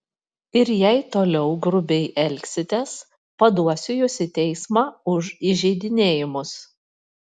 ir jei toliau grubiai elgsitės paduosiu jus į teismą už įžeidinėjimus